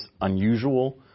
unusual